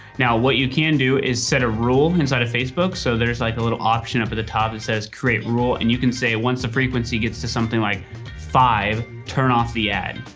now, what you can do is set a rule and inside of facebook. so there's like a little option up at the top. it says create rule. and you can say once the frequency gets to something like five, turn off the ad.